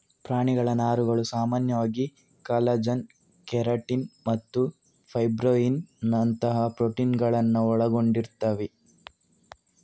ಪ್ರಾಣಿಗಳ ನಾರುಗಳು ಸಾಮಾನ್ಯವಾಗಿ ಕಾಲಜನ್, ಕೆರಾಟಿನ್ ಮತ್ತು ಫೈಬ್ರೋಯಿನ್ ನಂತಹ ಪ್ರೋಟೀನುಗಳನ್ನ ಒಳಗೊಂಡಿರ್ತವೆ